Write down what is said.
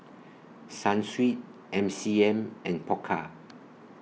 Sunsweet M C M and Pokka